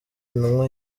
intumwa